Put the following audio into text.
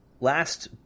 Last